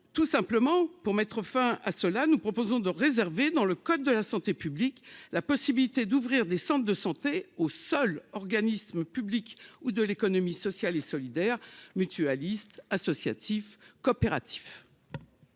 tout simplement pour mettre fin à cela, nous proposons de réserver dans le code de la santé publique, la possibilité d'ouvrir des centres de santé aux seuls organismes publics ou de l'économie sociale et solidaire, mutualiste, associatif, coopératif.